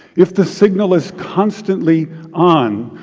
if the signal is constantly on,